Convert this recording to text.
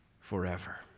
forever